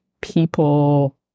people